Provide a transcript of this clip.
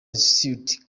institute